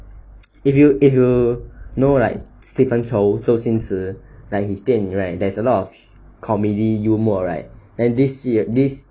if you if you will know like stephen chou 周星驰 like this 电影 right there's a lot of comedy 幽默 right then this year this